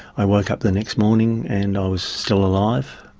i woke up the next morning and i was still alive.